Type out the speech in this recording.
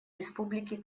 республики